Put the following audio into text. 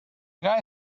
guy